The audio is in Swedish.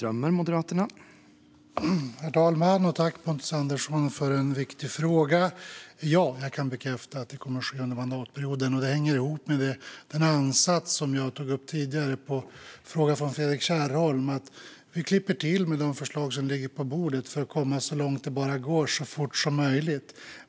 Herr talman! Tack, Pontus Andersson, för en viktig fråga! Ja, jag kan bekräfta att det kommer att ske under mandatperioden. Det hänger ihop med den ansats jag tog upp tidigare som svar på frågan från Fredrik Kärrholm - att vi klipper till med de förslag som ligger på bordet för att komma så långt det bara går så fort som möjligt.